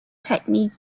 technique